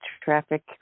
traffic